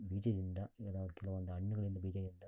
ಬೀಜದಿಂದ ಕೆಲವೊಂದು ಹಣ್ಣುಗಳಿಂದ ಬೀಜದಿಂದ